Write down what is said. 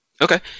Okay